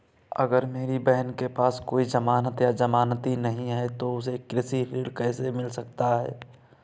अगर मेरी बहन के पास कोई जमानत या जमानती नहीं है तो उसे कृषि ऋण कैसे मिल सकता है?